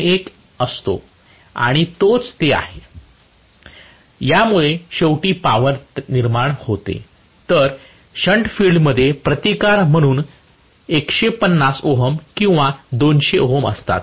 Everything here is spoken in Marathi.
21 असतो आणि तेच ते आहे यामुळे शेवटी पावर निर्माण होते तर शंट फील्डमध्ये प्रतिकार म्हणून 150 ओहम किंवा 200 ओहम असतात